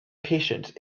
patience